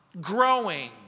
growing